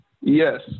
Yes